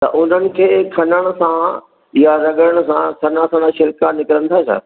त उन्हनि खे खनण सां या रगड़नि सां सना सना छिल्का निकिरनि था छा